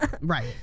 Right